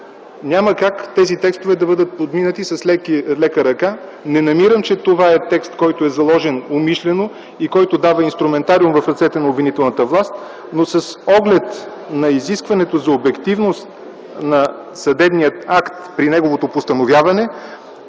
Няма как тези текстове да бъда подминати с лека ръка. Не намирам, че това е текст, който е заложен умишлено и който дава инструментариум в ръцете на обвинителната власт, но с оглед на изискването за обективност на съдебния акт при неговото постановяване